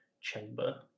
chamber